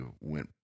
went